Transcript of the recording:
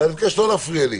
ואני מבקש לא להפריע לי.